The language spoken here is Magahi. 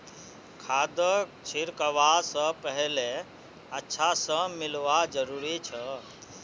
खादक छिड़कवा स पहले अच्छा स मिलव्वा जरूरी छ